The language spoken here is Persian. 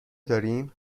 داریم